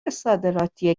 صادراتی